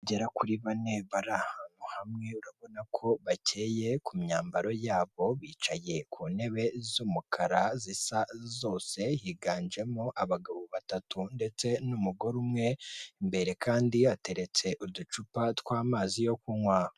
Abagera kuri bane bari ahantu hamwe urabona ko bakeye ku myambaro yabo, bicaye ku ntebe z'umukara zisa zose, higanjemo abagabo batatu ndetse n'umugore umwe, imbere kandi hateretse uducupa tw'amazi yo kunywa.